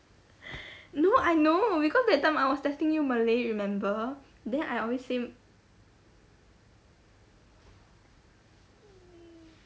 no I know because that time I was testing you malay remember then I always say